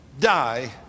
die